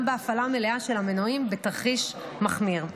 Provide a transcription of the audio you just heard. בהפעלה מלאה של המנועים בתרחיש מחמיר.